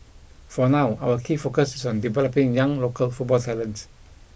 for now our key focus is on developing young local football talent